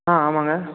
ஆ ஆமாங்க